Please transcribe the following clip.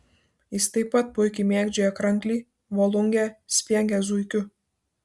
jis taip pat puikiai mėgdžioja kranklį volungę spiegia zuikiu